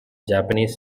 japanese